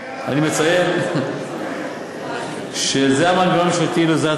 אני מציין שזה המנגנון הממשלתי להוזלת